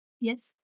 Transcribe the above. Yes